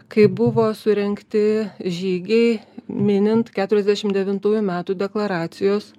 kai buvo surengti žygiai minint keturiasdešim devintųjų metų deklaracijos